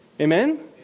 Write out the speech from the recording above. Amen